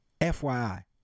FYI